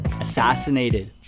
assassinated